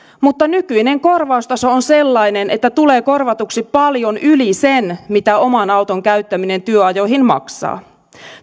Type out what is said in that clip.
mutta nykyinen korvaustaso on sellainen että tulee korvatuksi paljon yli sen mitä oman auton käyttäminen työajoihin maksaa